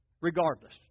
Regardless